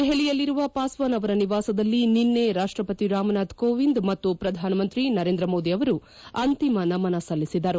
ದೆಹಲಿಯಲ್ಲಿರುವ ಪಾಸ್ವಾನ್ ಅವರ ನಿವಾಸದಲ್ಲಿ ನಿನ್ನೆ ರಾಷ್ಟಪತಿ ರಾಮನಾಥ್ ಕೋವಿಂದ್ ಮತ್ತು ಪ್ರಧಾನಮಂತ್ರಿ ನರೇಂದ್ರ ಮೋದಿ ಅವರು ಅಂತಿಮ ನಮನ ಸಲ್ಲಿಸಿದರು